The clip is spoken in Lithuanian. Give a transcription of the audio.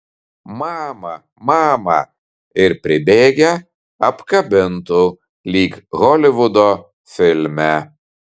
mama mama ir pribėgę apkabintų lyg holivudo filme